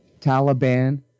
Taliban